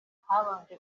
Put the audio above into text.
habanje